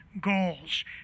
goals